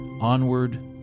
Onward